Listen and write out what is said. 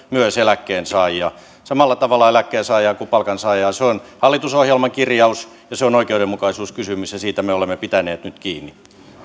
myös eläkkeensaajia samalla tavalla eläkkeensaajaa kuin palkansaajaa se on hallitusohjelman kirjaus ja se on oikeudenmukaisuuskysymys ja siitä me olemme pitäneet nyt kiinni